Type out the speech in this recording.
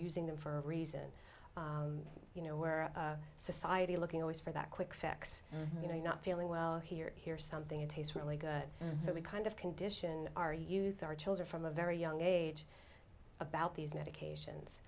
using them for a reason you know we're a society looking always for that quick fix you know not feeling well here here something that tastes really good so we kind of condition our use our children from a very young age about these medications